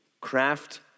craft